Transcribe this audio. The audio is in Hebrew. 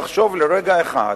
יחשוב לרגע אחד